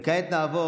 וכעת נעבור,